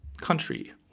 country